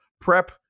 prep